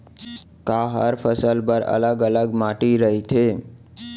का हर फसल बर अलग अलग माटी रहिथे?